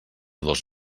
dos